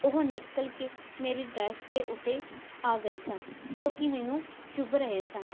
ਉਹ ਨਿਕਲ ਕੇ ਮੇਰੀ ਡਰੈਸ ਦੇ ਉੱਤੇ ਆ ਗਏ ਸਨ ਜੋ ਕਿ ਮੈਨੂੰ ਚੁੱਬ ਰਹੇ ਸਨ